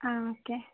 ആ ഓക്കേ